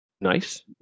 nice